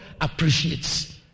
appreciates